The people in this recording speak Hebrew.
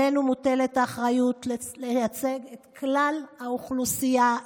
עלינו מוטלת האחריות לייצג את כלל האוכלוסייה,